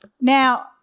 Now